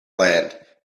land